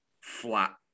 flat